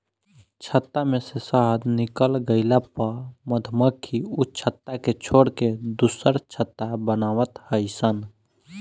छत्ता में से शहद निकल गइला पअ मधुमक्खी उ छत्ता के छोड़ के दुसर छत्ता बनवत हई सन